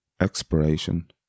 Expiration